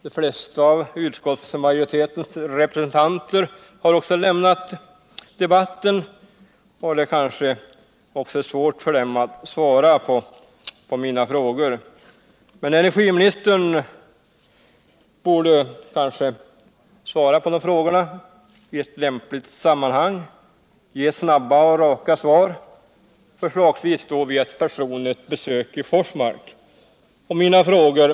De flesta av utskottsmajoritetens representanter har också lämnat debatten i kammaren —- men det kanske också skulle vara svårt för dem att svara på mina frågor. Energiministern borde svara på frågorna i något lämpligt sammanhang och ge snabba och raka svar. förslagsvis då vid ett personligt besök i Forsmark. Mina frågor.